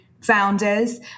founders